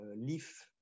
leaf